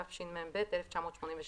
התשמ"ב-1982.